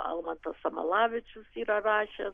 almantas samalavičius yra rašęs